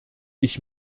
ich